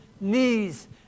knees